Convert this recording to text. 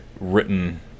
written